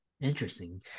interesting